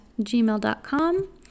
gmail.com